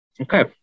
okay